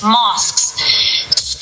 mosques